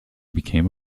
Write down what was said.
became